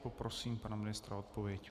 Poprosím pana ministra o odpověď.